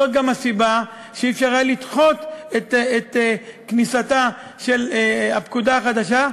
זאת גם הסיבה שלא היה אפשר לדחות את כניסתה של הפקודה החדשה,